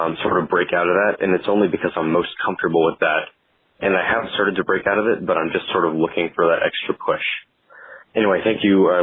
um sort of a break out of that and it's only because i'm most comfortable with that and i haven't started to break out of it, and but i'm just sort of looking for that extra push anyway, thank you.